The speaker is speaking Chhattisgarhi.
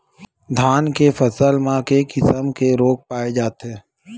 धान के फसल म के किसम के रोग पाय जाथे?